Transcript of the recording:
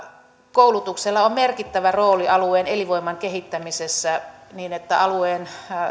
koulutuksella on merkittävä rooli alueen elinvoiman kehittämisessä niin että alueen